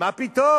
מה פתאום.